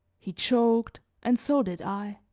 he choked, and so did i.